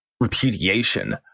repudiation